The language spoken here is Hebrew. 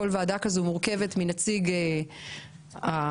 כשכל ועדה כזאת מורכבת מנציג הכנסת,